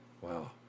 Wow